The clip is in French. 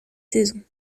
saisons